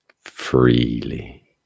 freely